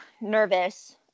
nervous